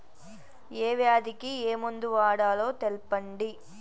ఏ వ్యాధి కి ఏ మందు వాడాలో తెల్పండి?